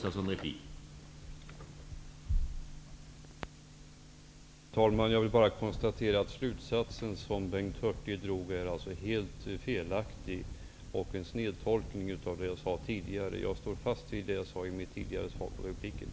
Herr talman! Jag vill bara konstatera att den slutsats som Bengt Hurtig drog är helt felaktig och en snedtolkning av det som jag sade tidigare. Jag står fast vid vad jag sade i mitt tidigare svar på hans replik.